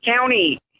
county